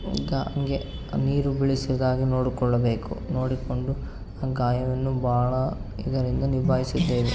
ಈಗ ಹಾಗೆ ನೀರು ಬೀಳಿಸದ ಹಾಗೆ ನೋಡಿಕೊಳ್ಳಬೇಕು ನೋಡಿಕೊಂಡು ಆ ಗಾಯವನ್ನು ಬಹಳ ಇದರಿಂದ ನಿಭಾಯಿಸಿದ್ದೇವೆ